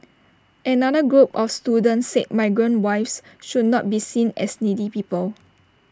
another group of students said migrant wives should not be seen as needy people